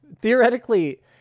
theoretically